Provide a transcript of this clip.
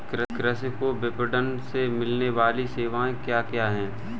कृषि को विपणन से मिलने वाली सेवाएँ क्या क्या है